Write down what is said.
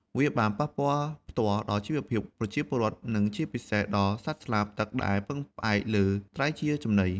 វាបានប៉ះពាល់ផ្ទាល់ដល់ជីវភាពប្រជាពលរដ្ឋ និងជាពិសេសដល់សត្វស្លាបទឹកដែលពឹងផ្អែកលើត្រីជាចំណី។